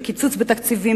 של קיצוץ בתקציבים,